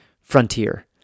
frontier